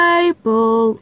Bible